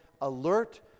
alert